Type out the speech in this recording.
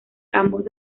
ambos